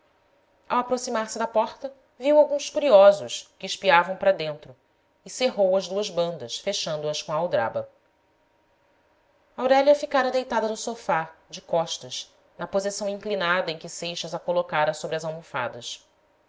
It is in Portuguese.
ao aproximar-se da porta viu alguns curiosos que espiavam para dentro e cerrou as duas bandas fechando as com a aldraba aurélia ficara deitada no sofá de costas na posição inclinada em que seixas a colocara sobre as almofadas